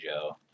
Joe